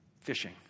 fishing